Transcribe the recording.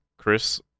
Chris